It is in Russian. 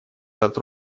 этот